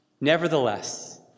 Nevertheless